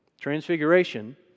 Transfiguration